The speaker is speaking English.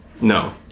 No